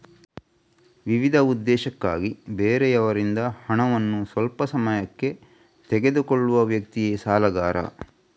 ವಿವಿಧ ಉದ್ದೇಶಕ್ಕಾಗಿ ಬೇರೆಯವರಿಂದ ಹಣವನ್ನ ಸ್ವಲ್ಪ ಸಮಯಕ್ಕೆ ತೆಗೆದುಕೊಳ್ಳುವ ವ್ಯಕ್ತಿಯೇ ಸಾಲಗಾರ